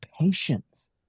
patience